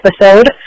episode